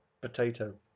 Potato